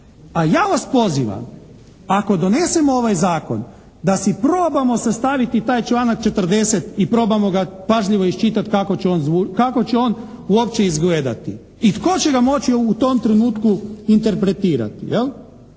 A ja vas pozivam ako donesemo ovaj zakon da si probamo sastaviti taj članak 40. i probamo ga pažljivo iščitat kako će on uopće izgledati i tko će ga moći u tom trenutku interpretirati, jel'.